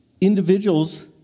individuals